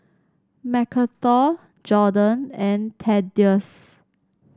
Macarthur Jordon and Thaddeus